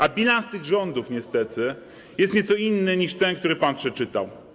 A bilans tych rządów, niestety, jest nieco inny niż ten, o którym pan przeczytał.